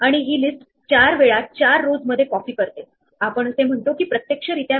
तर सुरुवातीला क्यू मध्ये आपल्याला सोर्स नोड हवा आहे आणि आपण ग्रीडमध्ये सोर्स नोड मार्क करत आहे